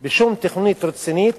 בשום תוכנית רצינית